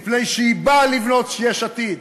מפני שהיא באה לבנות, שיש עתיד,